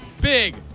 Big